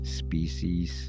species